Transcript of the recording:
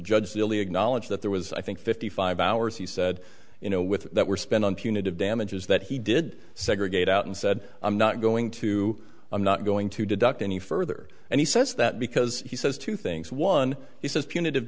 judge really acknowledge that there was i think fifty five hours he said you know with that were spent on punitive damages that he did segregate out and said i'm not going to i'm not going to deduct any further and he says that because he says two things one he says p